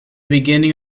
beginning